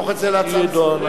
להפוך את זה להצעה לסדר-היום.